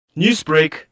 Newsbreak